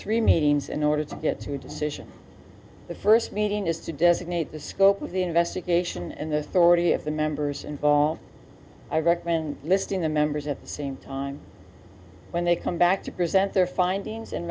three meetings in order to get to a decision the first meeting is to designate the scope of the investigation and the authority of the members involved i recommend listing the members at the same time when they come back to present their findings and